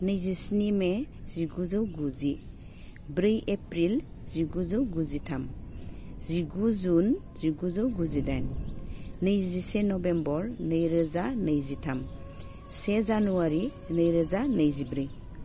नैजिस्नि मे जिगुजौ गुजि ब्रै एप्रिल जिगुजौ गुजिथाम जिगु जुन जिगुजौ गुजिदाइन नैजिसे नबेम्बर नैरोजा नैजिथाम से जानुवारि नैरोजा नैजिब्रै